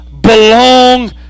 belong